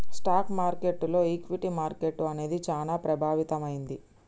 stock మార్కెట్టులో equity market అనేది చానా ప్రభావవంతమైంది